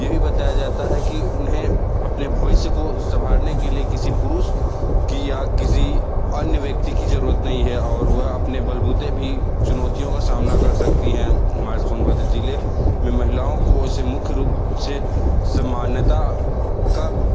यह भी बताया जाता है कि उन्हें अपने भविष्य को सँवारने के लिए किसी पुरुष कि या किसी अन्य व्यक्ति की ज़रूरत नहीं है और वह अपने बलबूते भी चुनौतियों का सामना कर सकती हैं हमारे सोनभद्र ज़िले में महिलाओं को उसे मुख्य रूप से समानता का